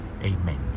Amen